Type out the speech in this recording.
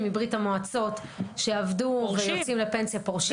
מברית המועצות לשעבר שעבדו ויוצאים לפנסיה פורשים.